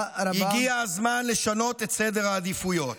הגיע הזמן לשנות את סדר העדיפויות.